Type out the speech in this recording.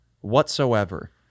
whatsoever